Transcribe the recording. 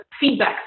feedback